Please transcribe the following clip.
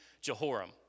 Jehoram